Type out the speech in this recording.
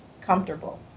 comfortable